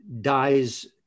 dies